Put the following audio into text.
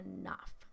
enough